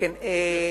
גברתי.